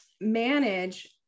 manage